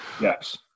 yes